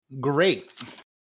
Great